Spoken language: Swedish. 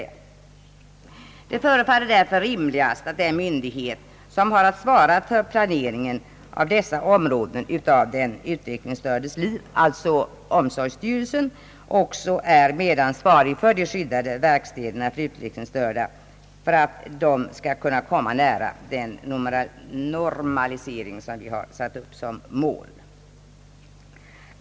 Det förefaller därför rimligast, att den myndighet som har att svara för planeringen av dessa områden av den utvecklingsstördes liv, således omsorgsstyrelsen, också är medansvarig för de skyddade verkstäderna för utvecklingsstörda, för att de utvecklingsstörda skall kunna komma nära den normalisering som vi satt upp som mål.